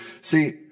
See